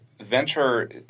venture